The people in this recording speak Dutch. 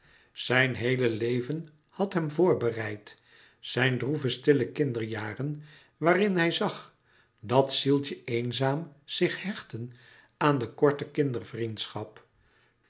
zijn heele leven had hem voorbereid zijn droeve stille kinderjaren waarin hij zag dat zieltje eenzaam zich hechten aan de korte